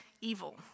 evil